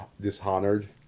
Dishonored